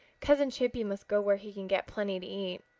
cousin chippy must go where he can get plenty to eat.